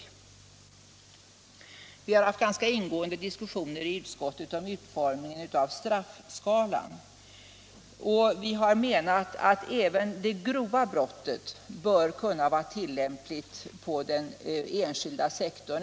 Vi har i utskottet haft ganska ingående diskussioner om utformningen av straffskalan, och vi menar att även beteckningen grova brott bör kunna vara tillämplig på den enskilda sektorn.